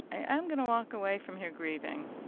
i am going to walk away from here grieving.